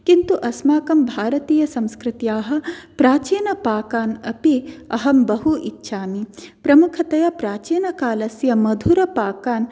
किन्तु अस्माकं भारतीयसंस्कृत्याः प्राचीनपाकान् अपि अहं बहु इच्छामि प्रमुखतया प्राचीनकालस्य मधुरपाकान्